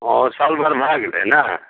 ओ साल भरि भए गेलै ने